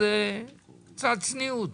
אז קצת צניעות.